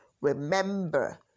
remember